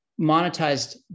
monetized